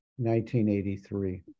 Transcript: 1983